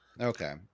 okay